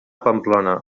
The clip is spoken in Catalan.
pamplona